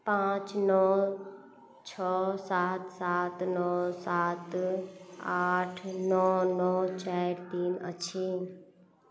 पाँच नओ छओ सात सात नओ सात आठ नओ नओ चारि तीन अछि